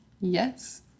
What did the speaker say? Yes